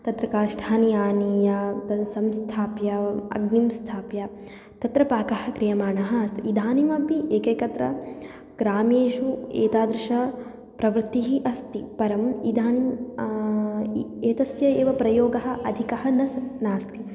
तत्र काष्ठानि आनीय तद् संस्थाप्य अग्निं स्थाप्य तत्र पाकः क्रियमाणः अस्ति इदानीमपि एकैकत्र ग्रामेषु एतादृशप्रवृत्तिः अस्ति परम् इदानीम् एव एतस्य एव प्रयोगः अधिकः न स् नास्ति